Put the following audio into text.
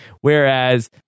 whereas